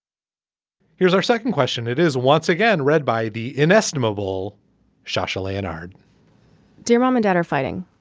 here's our second question it is once again read by the inestimable shashi leotard dear mom and dad are fighting.